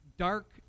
Dark